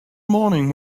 morning